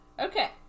okay